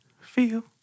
feel